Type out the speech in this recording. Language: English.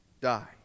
die